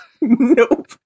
Nope